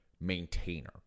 maintainer